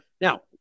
Now